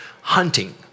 hunting